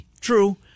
True